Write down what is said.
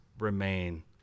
remain